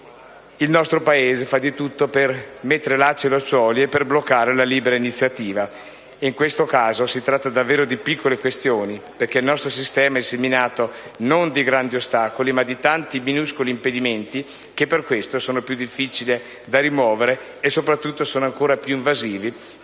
il nostro Paese fa di tutto per mettere lacci e lacciuoli e per bloccare la libera iniziativa. In questo caso si tratta davvero di piccole questioni, perché il nostro sistema è seminato non da grandi ostacoli, ma da tanti minuscoli impedimenti che, per questo, sono più difficili da rimuovere e, soprattutto, sono ancora più invasivi,